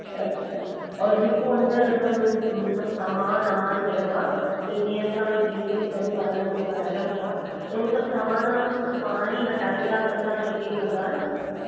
अच्छा और जेको अंदरि असांजो सभु सामान वामान पियो आहे त जीअं असां एशियन पेंट वारनि खां करायूं था त हू सामान वामान त सभु पाण ई हटाईंदा कंदा सेटिंग कंदा न